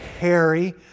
Harry